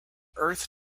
earth